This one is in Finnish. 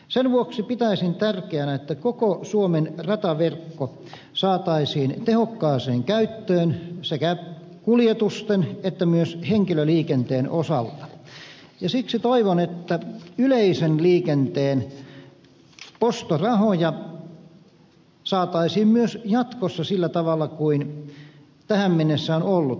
sen vuoksi pitäisin tärkeänä että koko suomen rataverkko saataisiin tehokkaaseen käyttöön sekä kuljetusten että myös henkilöliikenteen osalta ja siksi toivon että yleisen liikenteen ostorahoja saataisiin myös jatkossa sillä tavalla kuin tähän mennessä on ollut